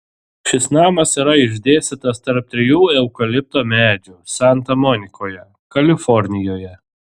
šis namas yra išdėstytas tarp trijų eukalipto medžių santa monikoje kalifornijoje